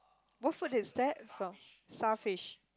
what food is that from sour fish